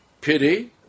pity